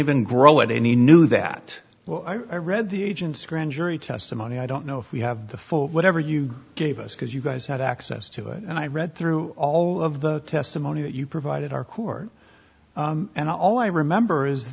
even grow it any new that well i read the agent's grand jury testimony i don't know if we have the full whatever you gave us because you guys had access to it and i read through all of the testimony that you provided our court and all i remember is